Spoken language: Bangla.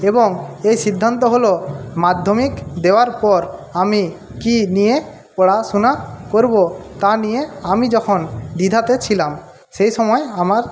এবং এই সিদ্ধান্ত হলো মাধ্যমিক দেওয়ার পর আমি কী নিয়ে পড়াশোনা করব তা নিয়ে আমি যখন দ্বিধাতে ছিলাম সেই সময় আমার